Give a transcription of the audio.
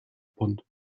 pond